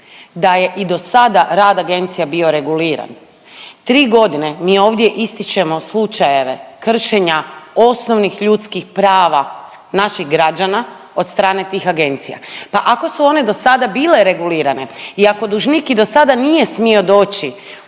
da je i dosada rad agencija bio reguliran, 3.g. mi ovdje ističemo slučajeve kršenja osnovnih ljudskih prava naših građana od strane tih agencija. Pa ako su one dosada bile regulirane i ako dužnik i dosada nije smio doći